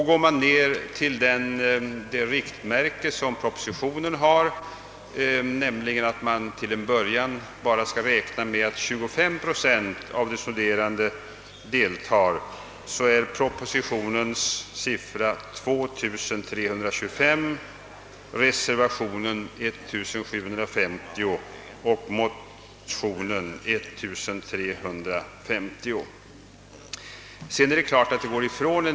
Går man ner till det riktmärke som propositionen har, nämligen att man till en början bara skall räkna med att 25 procent av de studerande deltar, blir propositionens siffra 2 325, reservationens 1750 och motionens 1 350. Här går en del ifrån.